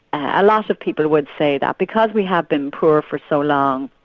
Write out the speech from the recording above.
a lot of people would say that because we have been poor for so long,